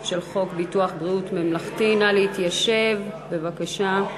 נא לשבת במקומות.